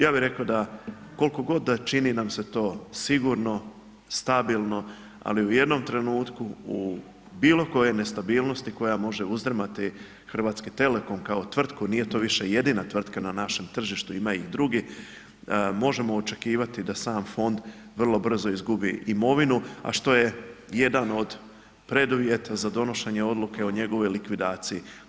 Ja bih rekao da, koliko god da čini nam se to sigurno, stabilno, ali u jednom trenutku u bilo kojoj nestabilnosti koja može uzdrmati HT kao tvrtku, nije to više jedina tvrtka na našem tržištu, ima i drugih, možemo očekivati da sam Fond vrlo brzo izgubi imovinu, a što je jedan od preduvjeta za donošenje odluke o njegovoj likvidaciji.